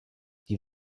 die